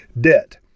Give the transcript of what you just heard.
debt